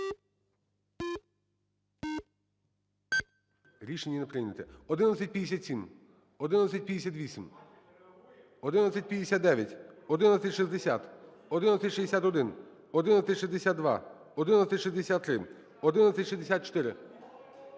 Рішення не прийнято.